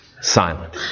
silent